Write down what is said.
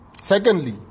Secondly